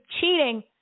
cheating